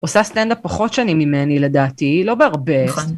עושה סטנדאפ פחות שנים ממני לדעתי, לא בהרבה.